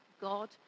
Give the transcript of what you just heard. God